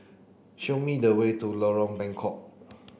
show me the way to Lorong Bengkok